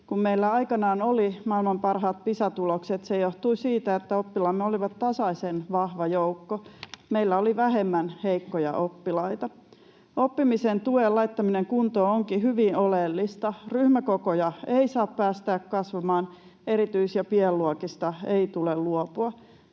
Kun meillä aikanaan oli maailman parhaat Pisa-tulokset, se johtui siitä, että oppilaamme olivat tasaisen vahva joukko. Meillä oli vähemmän heikkoja oppilaita. Oppimisen tuen laittaminen kuntoon onkin hyvin oleellista. Ryhmäkokoja ei saa päästää kasvamaan, erityis- ja pienluokista ei tule luopua.